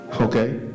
Okay